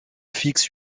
fixe